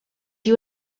you